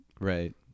Right